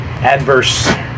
adverse